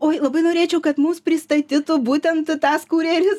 oi labai norėčiau kad mums pristatytų būtent tas kurjeris